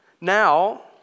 now